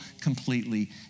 completely